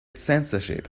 censorship